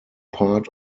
part